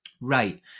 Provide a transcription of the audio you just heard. Right